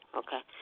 okay